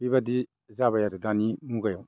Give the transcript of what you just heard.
बेबायदि जाबाय आरो दानि मुगायाव